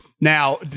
Now